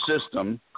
system